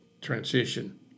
transition